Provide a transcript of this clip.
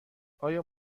آیا